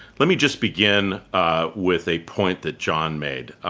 let me just begin with a point that john made. ah